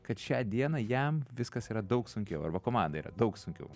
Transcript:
kad šią dieną jam viskas yra daug sunkiau arba komanda yra daug sunkiau